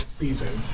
season